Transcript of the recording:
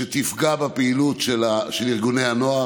שתפגע בפעילות של ארגוני הנוער.